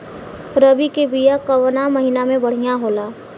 रबी के बिया कवना महीना मे बढ़ियां होला?